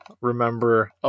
remember